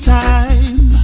time